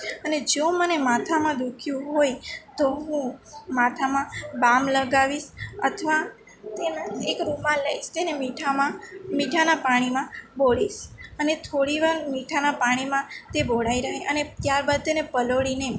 અને જો મને માથામાં દુખ્યું હોય તો હું માથામાં બામ લગાવીશ અથવા તેના એક રૂમાલ લઈશ તેને મીઠામાં મીઠાના પાણીમાં બોળીશ અને થોડી વાર મીઠાના પાણીમાં તે બોળાઈ રહે અને ત્યારબાદ તેને પલાળીને